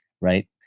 right